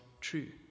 true